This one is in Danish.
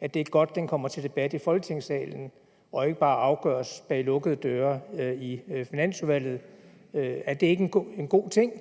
at det også kommer til debat i Folketingssalen, og at det ikke bare afgøres bag lukkede døre i Finansudvalget? Er det ikke en god ting?